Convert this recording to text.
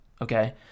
okay